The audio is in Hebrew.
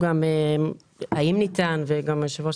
היושב-ראש,